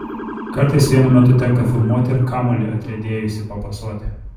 kartais vienu metu tenka filmuoti ir kamuolį atriedėjusį papasuoti